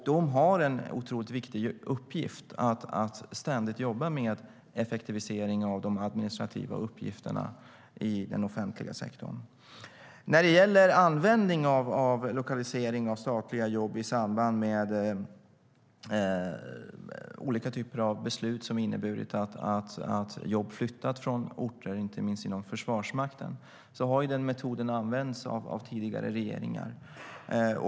De har en otroligt viktig uppgift att ständigt jobba med effektivisering av de administrativa uppgifterna i den offentliga sektorn. När det gäller användning av lokalisering av statliga jobb i samband med olika typer av beslut som inneburit att jobb flyttat från orter, inte minst inom Försvarsmakten, har den metoden använts av tidigare regeringar.